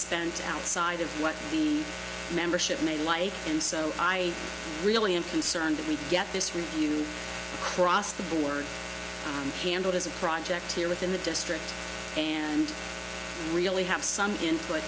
spent outside of what the membership may lie in so i really am concerned that we get this review across the board handled as a project here within the district and really have some input